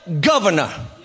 governor